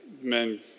men